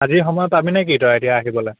আজৰি সময় পাবি নে কি তই এতিয়া আহিবলৈ